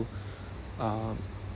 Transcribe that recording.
uh